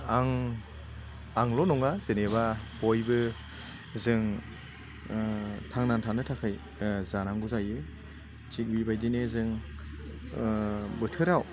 आं आंल' नङा जेनेबा बयबो जों थांनानै थानो थाखाय जानांगौ जायो थिक बेबायदिनो जों बोथोराव